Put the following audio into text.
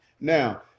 Now